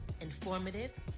informative